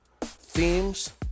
themes